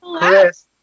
Chris